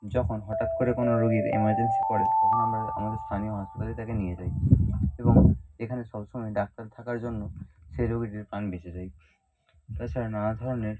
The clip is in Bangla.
যখন হঠাৎ করে কোনও রুগীর এমার্জেন্সি পড়ে তখন আমরা আমাদের স্থানীয় হাসপাতালে তাকে নিয়ে যাই এবং এখানে সব সময় ডাক্তার থাকার জন্য সেই রুগীটির প্রাণ বেঁচে যায় তাছাড়া নানা ধরনের